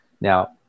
Now